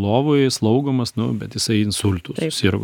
lovoj slaugomas nu bet jisai insultu sirgo